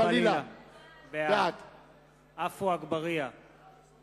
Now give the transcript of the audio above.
רע"ם-תע"ל וקבוצת סיעת האיחוד הלאומי לסעיף 43 לא נתקבלה.